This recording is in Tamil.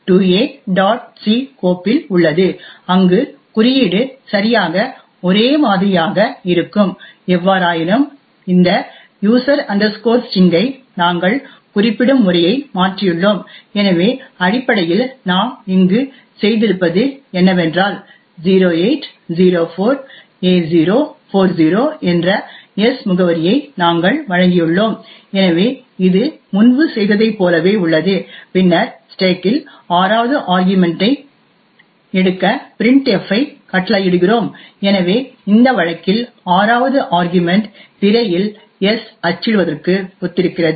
c கோப்பில் உள்ளது அங்கு குறியீடு சரியாக ஒரே மாதிரியாக இருக்கும் எவ்வாறாயினும் இந்த யூசர் ஸ்டிரிங் ஐ user string நாங்கள் குறிப்பிடும் முறையை மாற்றியுள்ளோம் எனவே அடிப்படையில் நாம் இங்கு செய்திருப்பது என்னவென்றால் 0804a040 என்ற s முகவரியை நாங்கள் வழங்கியுள்ளோம் எனவே இது முன்பு செய்ததைப் போலவே உள்ளது பின்னர் ஸ்டேக்கில் ஆறாவது ஆர்கியுமென்ட் ஐ எடுக்க printf ஐ கட்டளையிடுகிறோம் எனவே இந்த வழக்கில் ஆறாவது ஆர்கியுமென்ட் திரையில் s அச்சிடுவதற்கு ஒத்திருக்கிறது